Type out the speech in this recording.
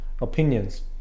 opinions